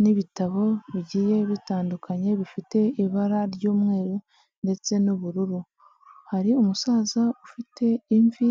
n'ibitabo bigiye bitandukanye bifite ibara ry'umweru ndetse n'ubururu, hari umusaza ufite imvi.